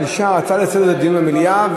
משמע הצעה לסדר-היום לדיון במליאה,